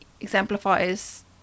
exemplifies